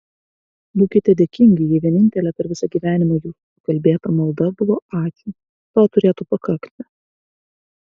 būkite dėkingi jei vienintelė per visą gyvenimą jūsų sukalbėta malda buvo ačiū to turėtų pakakti